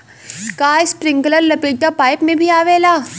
का इस्प्रिंकलर लपेटा पाइप में भी आवेला?